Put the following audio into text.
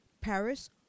Paris